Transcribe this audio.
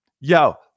yo